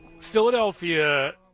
Philadelphia